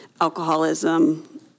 alcoholism